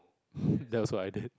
that was what I did